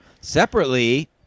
separately